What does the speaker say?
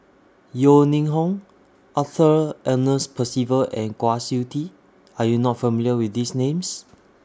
Yeo Ning Hong Arthur Ernest Percival and Kwa Siew Tee Are YOU not familiar with These Names